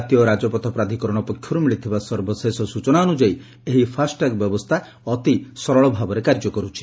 ଜାତୀୟ ରାଜପଥ ପ୍ରାଧିକରଣ ପକ୍ଷରୁ ମିଳିଥିବା ସର୍ବଶେଷ ସୂଚନା ଅନୁଯାୟୀ ଏହି ଫାସ୍ଟ୍ୟାଗ୍ ବ୍ୟବସ୍କା ଅତି ସହଜ ଭାବରେ କାର୍ଯ୍ୟ କରୁଛି